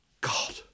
God